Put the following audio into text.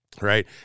right